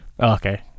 Okay